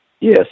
yes